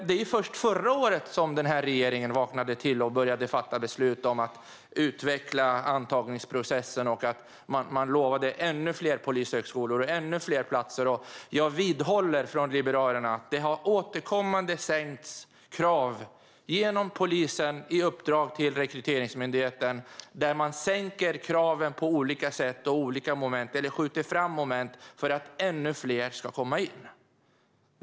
Det var först förra året som regeringen vaknade till och började fatta beslut om att utveckla antagningsprocessen. Man lovade ännu fler polishögskolor och ännu fler platser. Jag vidhåller från Liberalernas sida att man återkommande och på olika sätt, genom polisen och genom uppdrag till Rekryteringsmyndigheten, sänker kraven och skjuter fram moment för att ännu fler ska komma in.